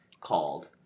called